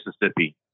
mississippi